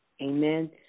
Amen